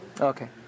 Okay